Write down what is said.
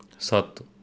ਸੱਤ